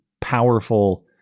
powerful